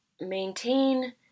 maintain